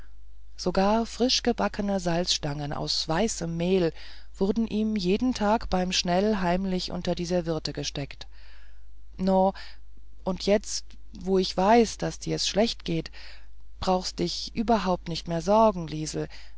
sogar frischgebackene salzstangel aus weißem mehl wurden ihm jeden tag beim schnell heimlich unter die serviette gesteckt no und jetzt wo ich weiß daß dir's schlecht geht brauchst d dich ieberhaupt nicht mehr sorgen liesel